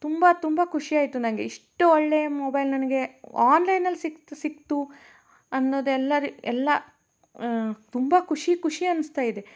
ತುಂಬ ತುಂಬ ಖುಷಿ ಆಯಿತು ನಂಗೆ ಇಷ್ಟು ಒಳ್ಳೆ ಮೊಬೈಲ್ ನನಗೆ ಆನ್ಲೈನಲ್ಲಿ ಸಿಕ್ತು ಸಿಕ್ತು ಅನ್ನೋದು ಎಲ್ಲರಿಗೆ ಎಲ್ಲ ತುಂಬ ಖುಷಿ ಖುಷಿ ಅನಿಸ್ತ ಇದೆ